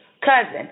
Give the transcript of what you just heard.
cousin